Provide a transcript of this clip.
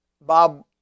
Bob